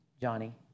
Johnny